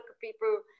people